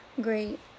Great